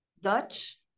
dutch